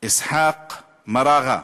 ואסחאק מע'אגה.